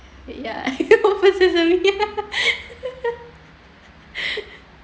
ya